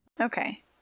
Okay